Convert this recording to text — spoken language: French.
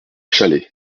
challex